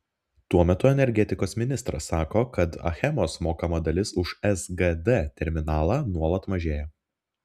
tuo metu energetikos ministras sako kad achemos mokama dalis už sgd terminalą nuolat mažėja